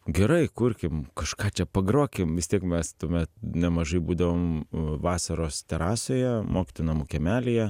gerai kurkim kažką čia pagrokim vis tiek mes tuomet nemažai būdavom vasaros terasoje mokytojų namų kiemelyje